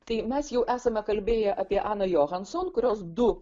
tai mes jau esame kalbėję apie aną johanson kurios du